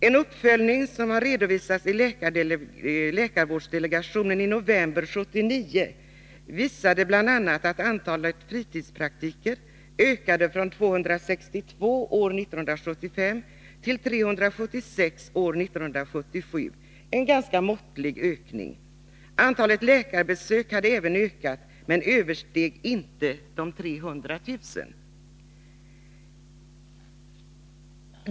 En uppföljning som har redovisats i läkarvårdsdelegationen i november 1979 visade bl.a. att antalet fritidspraktiker ökade från 262 år 1975 till 376 år 1977 — en ganska måttlig ökning. Även antalet läkarbesök hade ökat men översteg inte 300 000.